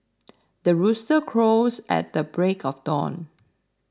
the rooster crows at the break of dawn